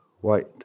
white